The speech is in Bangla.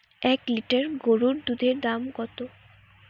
এক লিটার গোরুর দুধের দাম কত?